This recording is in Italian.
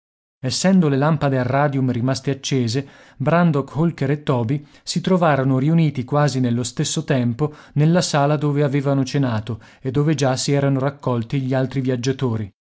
essendo le lampade a radium rimaste accese brandok holker e toby si trovarono riuniti quasi nello stesso tempo nella sala dove avevano cenato e dove già si erano raccolti gli altri viaggiatori